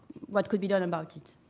what could be done about it.